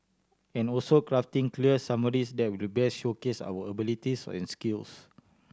and also crafting clear summaries that will best showcase our abilities and skills